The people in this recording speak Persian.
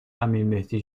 امیرمهدی